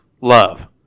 love